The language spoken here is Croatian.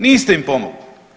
Niste im pomogli.